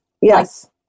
Yes